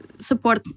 support